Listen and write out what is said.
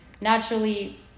naturally